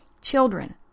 children